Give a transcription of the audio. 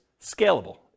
scalable